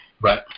Right